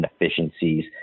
inefficiencies